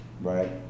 right